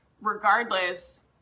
regardless